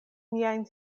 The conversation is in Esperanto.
niajn